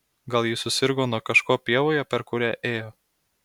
gal ji susirgo nuo kažko pievoje per kurią ėjo